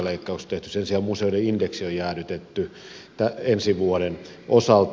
sen sijaan museoiden indeksi on jäädytetty ensi vuoden osalta